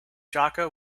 jaka